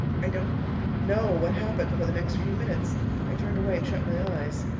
i don't know what happened for the next few minutes i turned away and shut my eyes.